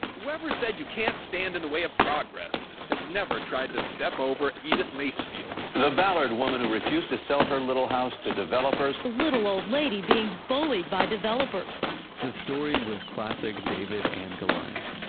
whoever said you can't stand in the way of progress has never tried to step over edith macefield the ballard woman who refused to sell her little house to developers the little old lady being bullied by developers the story was classic david and goliath.